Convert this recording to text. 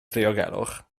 ddiogelwch